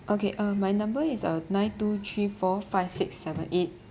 okay uh my number is uh nine two three four five six seven eight